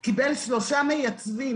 הוא קיבל שלושה מייצבים,